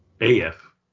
AF